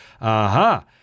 Aha